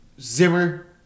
Zimmer